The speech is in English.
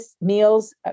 meals